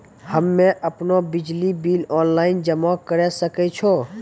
हम्मे आपनौ बिजली बिल ऑनलाइन जमा करै सकै छौ?